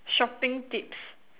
shopping tips